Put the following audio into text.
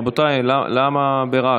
רבותיי, למה ברעש?